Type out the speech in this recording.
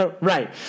Right